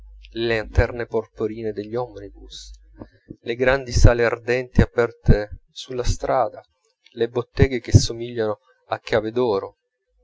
le lanterne porporine degli omnibus le grandi sale ardenti aperte sulla strada le botteghe che somigliano a cave d'oro